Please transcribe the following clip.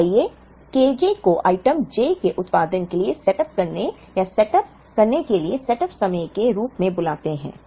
तो आइए Kj को आइटम j के उत्पादन के लिए सेटअप करने या सेटअप करने के लिए सेटअप समय के रूप में बुलाते हैं